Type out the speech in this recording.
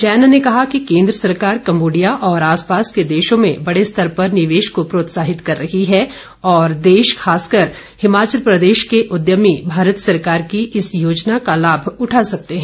जैन ने कहा कि केन्द्र सरकार कंबोडिया और आसपास के देशों में बड़े स्तर पर निवेश को प्रोत्साहित कर रही है और देश खासकर हिमाचल प्रदेश के उद्यमी भारत सरकार की इस योजना का लाभ उठा सकते हैं